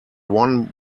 won